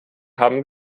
haben